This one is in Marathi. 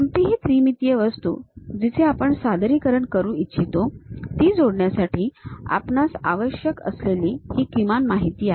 कोणतीही त्रिमितीय वस्तू जिचे आपण सादरीकरण करू इच्छितो ती जोडण्यासाठी आपणास आवश्यक असलेली ही किमान माहिती आहे